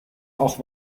auch